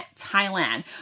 Thailand